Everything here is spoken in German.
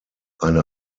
eine